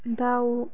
दाउ